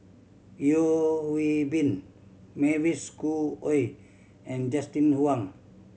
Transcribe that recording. Yeo Hwee Bin Mavis Schhoo Oei and Justin Wang